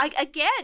again